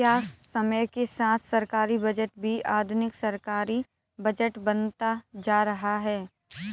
क्या समय के साथ सरकारी बजट भी आधुनिक सरकारी बजट बनता जा रहा है?